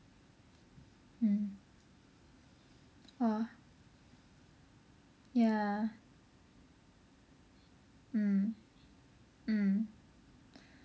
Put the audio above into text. hmm !wah! ya mm mm